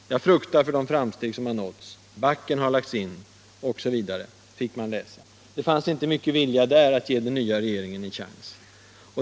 Jag fruktar för de framsteg som har nåtts, backen har lagts in osv., fick vi läsa. Där fanns inte mycken vilja att ge den nya regeringen en chans.